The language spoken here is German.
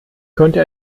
könnte